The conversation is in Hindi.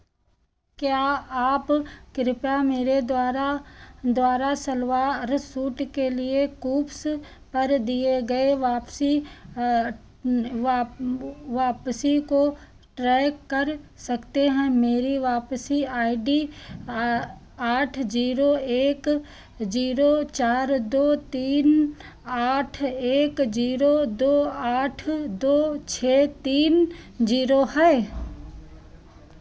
क्या आप कृपया मेरे द्वारा द्वारा सलवार सलवार सूट के लिए कुप्स पर दिए गए वापसी वापसी को ट्रैक कर सकते हैं मेरी वापसी आई डी आठ जीरो एक जीरो चार दो तीन आठ एक जीरो दो आठ दो छः तीन जीरो है